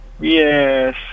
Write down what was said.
Yes